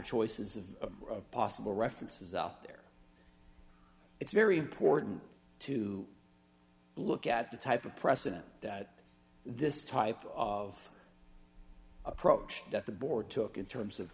choices of possible references up there it's very important to look at the type of precedent that this type of approach that the board took in terms of